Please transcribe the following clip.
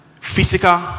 physical